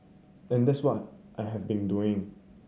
and that's what I have been doing